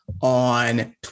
on